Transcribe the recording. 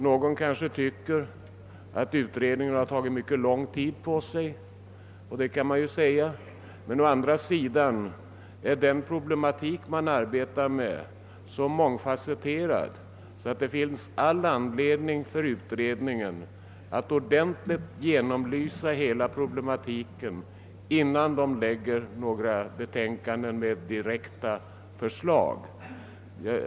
Någon kanske tycker att utredningen har tagit mycket lång tid på sig, och det kan man naturligtvis tycka, men å andra sidan är den problematik som utredningen arbetar med så mångfasetterad, att det finns all anledning för utredningen att ordentligt genomlysa hela problematiken innan några betänkanden med direkta förslag framläggs.